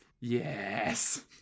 Yes